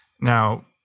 Now